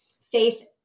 faith